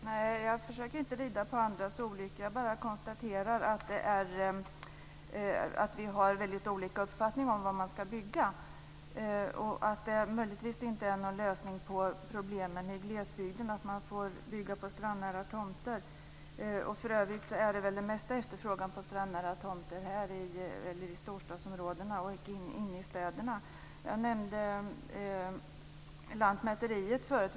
Herr talman! Jag försöker inte rida på andras olycka. Jag bara konstaterar att vi har olika uppfattning om var man ska bygga. Det kanske inte är någon lösning på problemen i glesbygden att man får bygga på strandnära tomter. För övrigt är väl efterfrågan på strandnära tomter störst i storstadsområdena och inne i städerna. Jag nämnde Lantmäteriet förut.